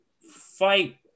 fight